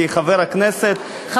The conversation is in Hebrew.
כחבר הכנסת,